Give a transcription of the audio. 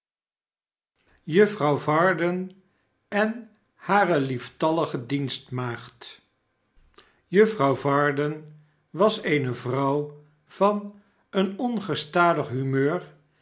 juffrouw varden en hare lieftallige dienstmaagd juffrouw varden was eene vrouw van een ongestadig humeur